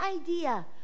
idea